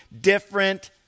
different